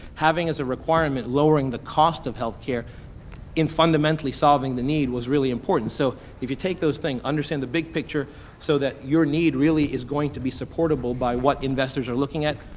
having as a requirement lowering the cost of healthcare and fundamentally solving the need was really important. so, if you take those things-understand the big picture so that your need really is going to be supportable by what investors are looking at,